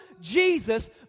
Jesus